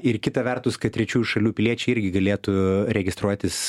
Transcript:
ir kita vertus kad trečiųjų šalių piliečiai irgi galėtų registruotis